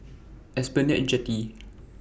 Esplanade Jetty